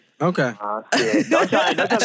Okay